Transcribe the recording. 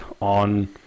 on